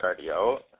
cardio